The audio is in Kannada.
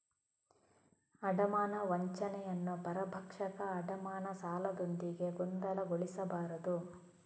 ಅಡಮಾನ ವಂಚನೆಯನ್ನು ಪರಭಕ್ಷಕ ಅಡಮಾನ ಸಾಲದೊಂದಿಗೆ ಗೊಂದಲಗೊಳಿಸಬಾರದು